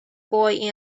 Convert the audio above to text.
boy